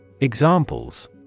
Examples